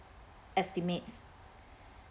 estimates